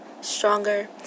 stronger